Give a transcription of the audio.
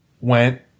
went